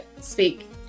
speak